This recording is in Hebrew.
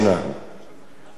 אני לא יודע על מה הוועדה תתפשר,